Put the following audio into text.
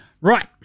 Right